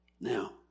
Now